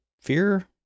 fear